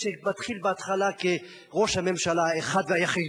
שמתחיל בראש הממשלה האחד והיחיד,